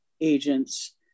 agents